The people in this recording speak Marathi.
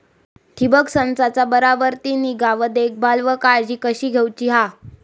ठिबक संचाचा बराबर ती निगा व देखभाल व काळजी कशी घेऊची हा?